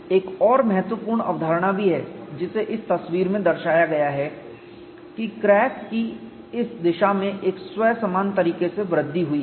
एक और महत्वपूर्ण अवधारणा भी है जिसे इस तस्वीर में दर्शाया गया है कि क्रैक की इस दिशा में एक स्वसमान तरीके से वृद्धि हुई है